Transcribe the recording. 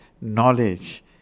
knowledge